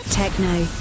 Techno